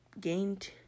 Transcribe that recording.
gained